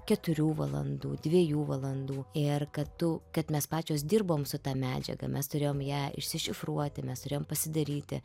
keturių valandų dviejų valandų ir kad tu kad mes pačios dirbom su ta medžiaga mes turėjom ją išsišifruoti mes turėjom pasidaryti